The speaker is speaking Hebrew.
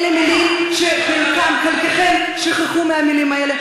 אלה מילים, חלקכם שכחו את המילים האלה.